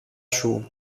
σου